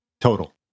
total